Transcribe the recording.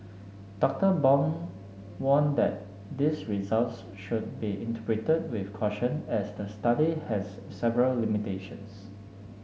Doctor Bong warned that these results should be interpreted with caution as the study has several limitations